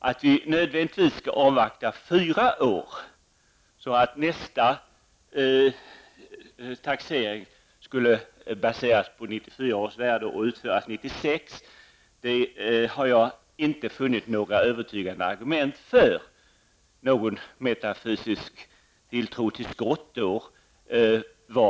Att vi nödvändigtvis skall avvakta fyra år så att nästa taxering skulle baseras på 1994 års värde och genomföras 1996 har jag inte funnit några övertygande argument för. Det är kanske någon metafysisk tilltro till skottår.